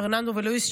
פרננדו ולואיס,